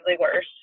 worse